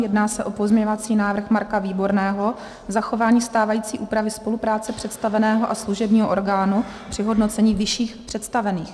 Jedná se o pozměňovací návrhy Marka Výborného, zachování stávající úpravy spolupráce představeného a služebního orgánu při hodnocení vyšších představených.